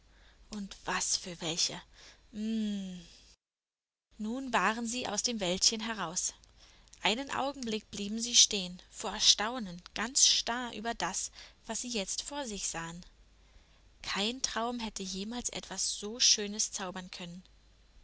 und was für welche hmmm nun waren sie aus dem wäldchen heraus einen augenblick blieben sie stehen vor erstaunen ganz starr über das was sie jetzt vor sich sahen kein traum hätte jemals etwas so schönes zaubern können